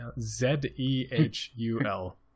Z-E-H-U-L